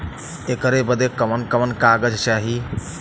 ऐकर बदे कवन कवन कागज चाही?